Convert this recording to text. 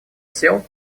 сел